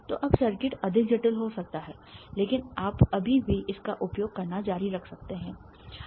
तो अब सर्किट अधिक जटिल हो सकता है लेकिन आप अभी भी इसका उपयोग करना जारी रख सकते हैं